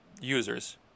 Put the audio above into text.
users